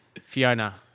Fiona